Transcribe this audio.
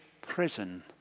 prison